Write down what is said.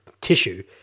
tissue